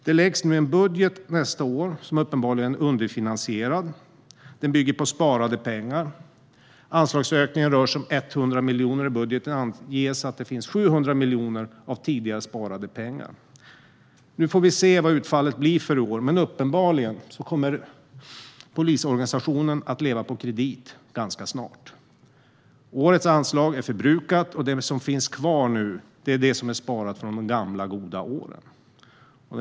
Det läggs nu en budget för nästa år som är uppenbart underfinansierad. Den bygger på sparade pengar. Anslagsökningen på 100 miljoner i budgeten ges av att det finns 700 miljoner i tidigare sparade pengar. Vi får se vad utfallet blir för i år, men uppenbarligen kommer polisorganisationen ganska snart att leva på kredit. Årets anslag är förbrukat, och det som finns kvar är det som är sparat från de gamla goda åren.